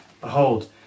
Behold